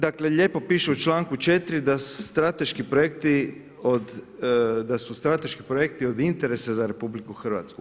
Dakle, lijepo piše u čl.4. da strateški projekti da su strateški projekti od interesa za RH.